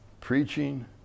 preaching